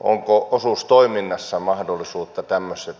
onko osuustoiminnassa mahdollisuutta tämmöiseen